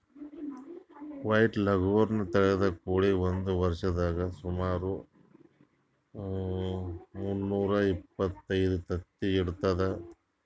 white leghorn ತಳಿದ್ ಕೋಳಿ ಒಂದ್ ವರ್ಷದಾಗ್ ಸುಮಾರ್ ಮುನ್ನೂರಾ ಎಪ್ಪತ್ತೊಂದು ತತ್ತಿ ಇಡ್ತದ್